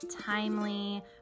timely